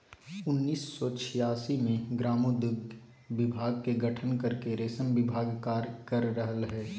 उन्नीस सो छिआसी मे ग्रामोद्योग विभाग के गठन करके रेशम विभाग कार्य कर रहल हई